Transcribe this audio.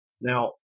Now